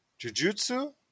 Jujutsu